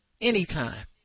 Anytime